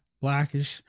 blackish